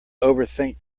overthink